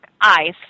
ice